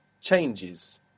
changes